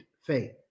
faith